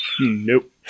Nope